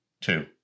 two